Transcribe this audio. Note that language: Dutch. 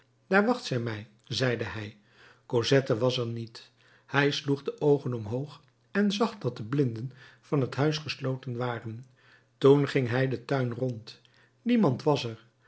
daar wacht zij mij zeide hij cosette was er niet hij sloeg de oogen omhoog en zag dat de blinden van het huis gesloten waren toen ging hij den tuin rond niemand was er